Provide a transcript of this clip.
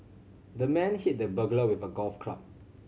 the man hit the burglar with a golf club